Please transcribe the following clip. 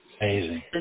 Amazing